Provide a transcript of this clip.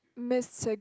Mister